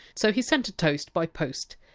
so he sent a toast by post!